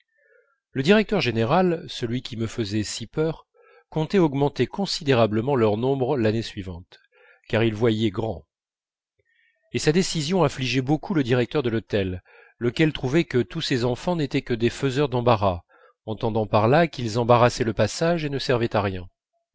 le directeur général celui qui me faisait si peur comptait augmenter considérablement leur nombre l'année suivante car il voyait grand et sa décision affligeait beaucoup le directeur de l'hôtel lequel trouvait que tous ces enfants n'étaient que des faiseurs d'embarras entendant par là qu'ils embarrassaient le passage et ne servaient à rien